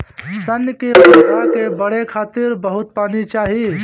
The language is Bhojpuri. सन के पौधा के बढ़े खातिर बहुत पानी चाही